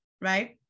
right